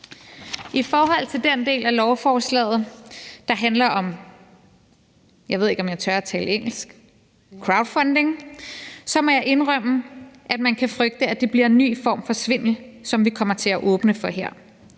– jeg ved ikke, om jeg tør tale engelsk – crowdfunding, må jeg indrømme, at man kan frygte, at det bliver en ny form for svindel, som vi kommer til at åbne for her.